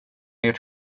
ert